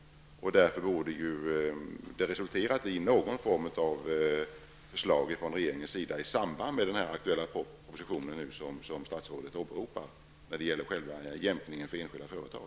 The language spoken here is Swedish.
Det borde ha resulterat i att regeringen presenterade någon form av förslag när det gäller jämkningen för enskilda företag i samband med att man lade fram den aktuella proposition som statsrådet åberopar.